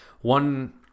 one